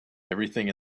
everything